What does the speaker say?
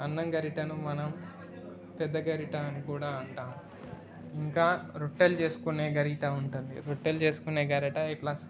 అన్నం గరిటెను మనం పెద్ద గరిటె అని కూడా అంటాము ఇంకా రొట్టెలు చేసుకునే గరిటె ఉంటుంది రొట్టెలు చేసుకునే గరిటె ఇలా